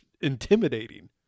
intimidating